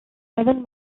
seven